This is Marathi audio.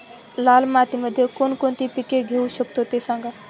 लाल मातीमध्ये कोणकोणती पिके घेऊ शकतो, ते सांगा